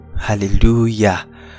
hallelujah